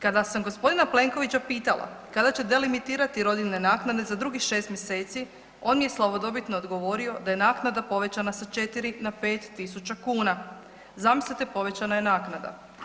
Kada sam g. Plenkovića pitala kada će delimitirati rodiljne naknade za drugih 6 mjeseci, on mi je slavodobitno odgovorio da je naknada povećana sa 4.000 na 5.000 kuna, zamislite povećana je naknada.